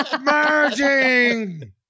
merging